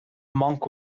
monk